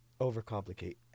overcomplicate